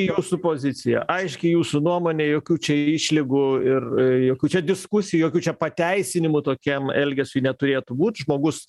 jūsų pozicija aiški jūsų nuomone jokių čia išlygų ir jokių čia diskusijų jokių čia pateisinimų tokiam elgesiui neturėtų būt žmogus